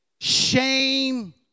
shame